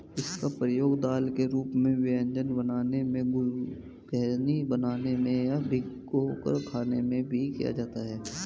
इसका प्रयोग दाल के रूप में व्यंजन बनाने में, घुघनी बनाने में या भिगोकर खाने में भी किया जाता है